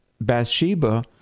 Bathsheba